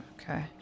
Okay